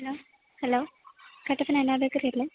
hello hello Kattappana Anna bakery അല്ലേ